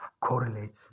correlates